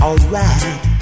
Alright